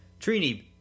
Trini